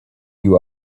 you